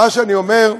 מה שאני אומר,